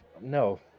no